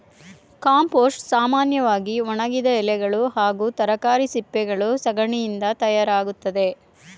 compost ಸಾಮನ್ಯವಾಗಿ ಒಣಗಿದ ಎಲೆಗಳು ಹಾಗೂ ತರಕಾರಿ ಸಿಪ್ಪೆಗಳು ಸಗಣಿಯಿಂದ ತಯಾರಾಗ್ತದೆ